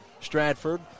Stratford